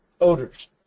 odors